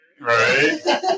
right